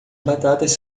batatas